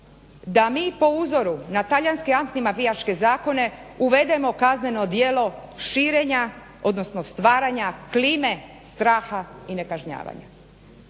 da mi po uzoru na talijanski antimafijaške zakone uvedemo kazneno djelo širenja odnosno stvaranja klime straha i nekažnjavanja.